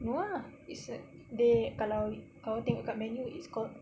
ya it's a they kalau you kalau tengok kat menu is called